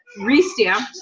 re-stamped